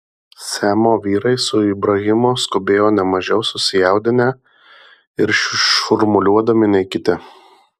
semo vyrai su ibrahimu skubėjo ne mažiau susijaudinę ir šurmuliuodami nei kiti